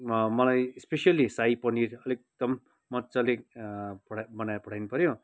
मलाई इस्पेस्यल्ली साही पनिर अलिक एकदम मजाले बनाएर पठाई दिनुपर्यो